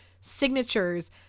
signatures